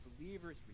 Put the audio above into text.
believers